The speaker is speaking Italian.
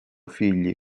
figli